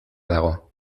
dago